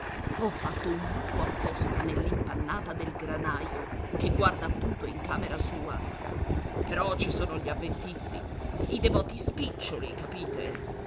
ho fatto un buco apposta nell'impannata del granaio che guarda appunto in camera sua però ci sono gli avventiz i devoti spiccioli capite